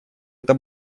это